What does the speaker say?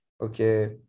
okay